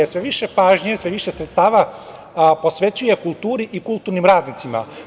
Sve više pažnje, sve više sredstava posvećuje kulturi i kulturnim radnicima.